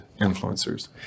influencers